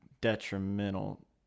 detrimental